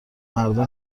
مردم